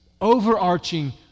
overarching